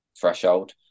threshold